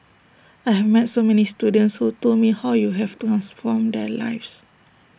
I have met so many students who told me how you have transformed their lives